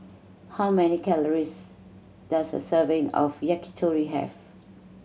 how many calories does a serving of Yakitori have